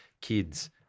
kids